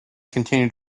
continued